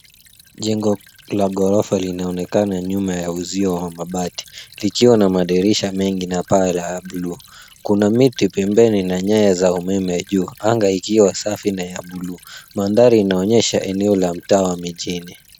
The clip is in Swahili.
Jengo la ghorofa linaonekana nyuma ya uzio wa mabati likiwa na madirisha mengi na paa la buluu. Kuna miti pembeni na nyaya za umeme juu anga ikiwa safi na ya buluu. Mandhari inaonyesha eneo la mtaa wa mijini.